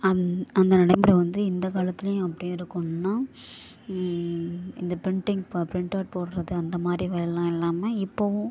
அந் அந்த நடைமுறை வந்து இந்த காலத்துலேயும் அப்படியே இருக்கணும்னால் இந்த ப்ரிண்டிங் இந்த ப்ரிண்டவுட் போடுறது அந்த மாதிரி வேலைலாம் இல்லாமல் இப்பவும்